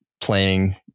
playing